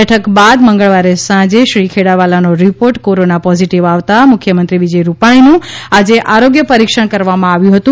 બેઠક બાદ મંગળવારે સાંજે શ્રી ખેડાવાલાનો રિપોર્ટ કોરોના પોઝિટીવ આવતાં મુખ્યમંત્રી વિજયભાઇ રૂપાણીનું આજે આરોગ્ય પરિક્ષણ કરવામાં આવ્યું હતું